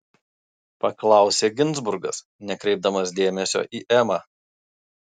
paklausė ginzburgas nekreipdamas dėmesio į emą